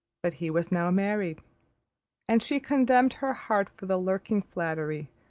but he was now married and she condemned her heart for the lurking flattery,